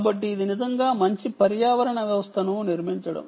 కాబట్టి ఇది నిజంగా మంచి పర్యావరణ వ్యవస్థను నిర్మిస్తుంది